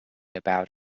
about